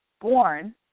born